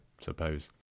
suppose